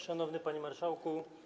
Szanowny Panie Marszałku!